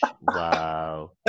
wow